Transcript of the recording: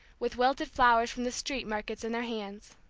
with wilted flowers from the street markets in their hands.